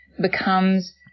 becomes